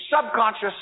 subconscious